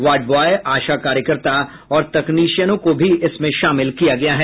ward boy ASHA कार्यकर्ता और तकनीशियनों को भी इसमें शामिल किया गया है